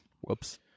Whoops